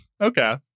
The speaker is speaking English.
Okay